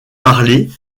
parler